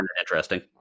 interesting